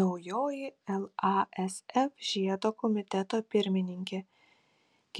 naujoji lasf žiedo komiteto pirmininkė